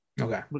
Okay